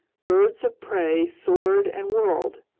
birds of prey soared and whirled,